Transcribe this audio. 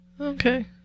Okay